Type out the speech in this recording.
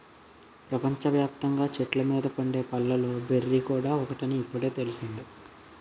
ప్రపంచ వ్యాప్తంగా చెట్ల మీద పండే పళ్ళలో బెర్రీ కూడా ఒకటని ఇప్పుడే తెలిసింది